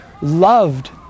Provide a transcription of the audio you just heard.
Loved